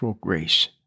grace